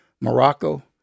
Morocco